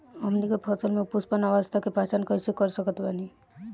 हमनी के फसल में पुष्पन अवस्था के पहचान कइसे कर सकत बानी?